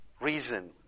Reason